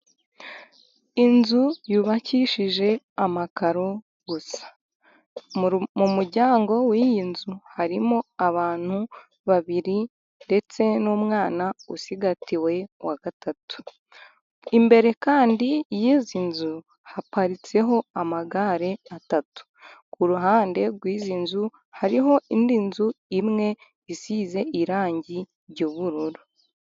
Inzu yubakishije amakaro gusa, mu muryango w'iyi nzu harimo abantu babiri ndetse n'umwana utsigagatiwe wa gatatu, imbere kandi y'izi nzu haparitseho amagare atatu, ku ruhande rw'izi nzu hariho indi nzu imwe isize irangi ry'ubururu.